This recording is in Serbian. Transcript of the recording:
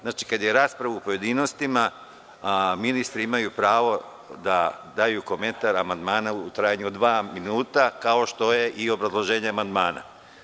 Znači, kada je rasprava u pojedinostima, ministri imaju pravo da daju komentar amandmana u trajanju od dva minuta, kao što je i obrazloženje amandmana.